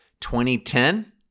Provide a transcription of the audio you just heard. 2010